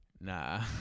nah